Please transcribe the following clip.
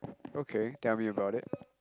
okay tell me about it